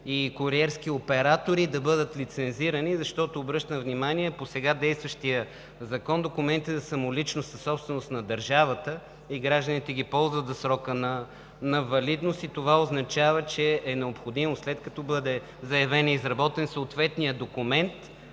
и куриерски оператори да бъдат лицензирани, защото, обръщам внимание, по сега действащия закон, документите за самоличност са собственост на държавата и гражданите ги ползват за срока на валидност. Това означава, че е необходимо, след като бъде заявен и изработен съответният документ,